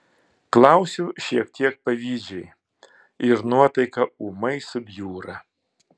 klausiu šiek tiek pavydžiai ir nuotaika ūmai subjūra